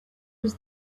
was